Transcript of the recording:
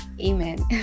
Amen